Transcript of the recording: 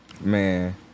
Man